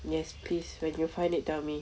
yes please when you find it tell me